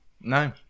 No